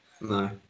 no